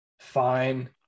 fine